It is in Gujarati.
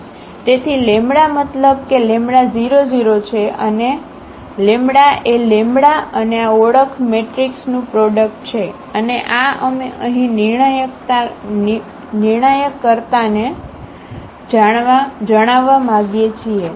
તેથી લેમ્બડા મતલબ કે લેમ્બડા 0 0 છે અને લેમ્બડા એ લેમ્બડા અને આ ઓળખ મેટ્રિક્સનું પ્રોડક્ટ છે અને આ અમે અહીં નિર્ણયકર્તાને જાણવા માગીએ છીએ